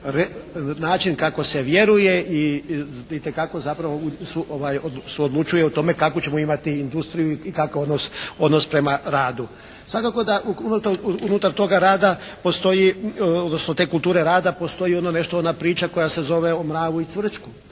način kako se vjeruje i itekako se zapravo odlučuje o tome kakvu ćemo imati industriju i kakav odnos prema radu. Svakako da unutar toga rada postoji, odnosno te kulture rada postoji ono nešto, ona priča koja se zove o mravu i cvrčku.